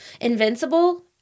Invincible